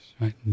Right